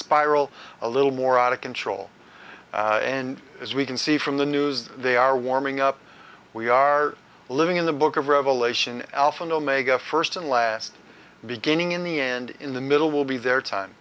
spiral a little more out of control and as we can see from the news that they are warming up we are living in the book of revelation alpha and omega first and last beginning in the end in the middle will be their time